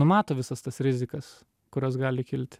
numato visas tas rizikas kurios gali kilti